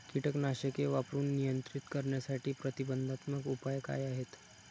कीटकनाशके वापरून नियंत्रित करण्यासाठी प्रतिबंधात्मक उपाय काय आहेत?